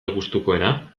gustukoena